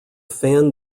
fan